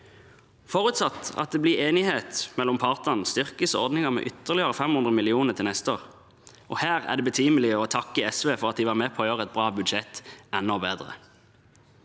Forutsatt at det blir enighet mellom partene, styrkes ordningen med ytterligere 500 mill. kr til neste år, og her er det betimelig å takke SV for at de var med på å gjøre et bra budsjett enda bedre.